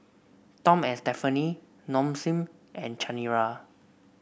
Tom and Stephanie Nong Shim and Chanira